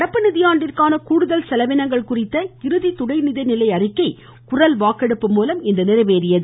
நடப்பு நிதியாண்டிற்கான கூடுதல் செலவினங்கள் குறித்த இறுதி துணை நிதிநிலை அறிக்கை குரல் வாக்கெடுப்பு மூலம் நிறைவேறியது